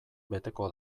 beteko